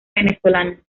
venezolana